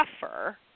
suffer